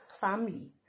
family